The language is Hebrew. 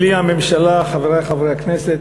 בלי הממשלה, חברי חברי הכנסת,